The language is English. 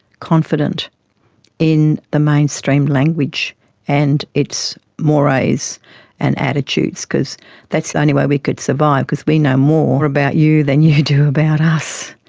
confident in the mainstream language and its mores and attitudes, because that's the only way we could survive, because we know more about you than you do about us.